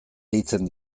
deitzen